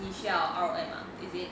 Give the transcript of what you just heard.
你需要 R_O_M ah is it